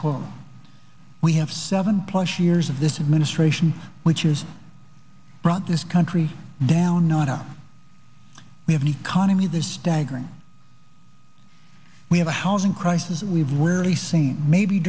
quo we have seven plus years of this administration which is brought this country down not up we have an economy this staggering we have a housing crisis that we've